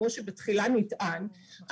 כמו שבתחילה נטען,